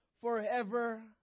Forever